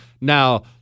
Now